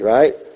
right